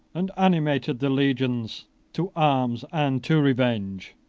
and animated the legions to arms and to revenge.